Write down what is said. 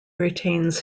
retains